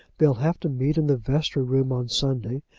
they'll have to meet in the vestry-room on sunday,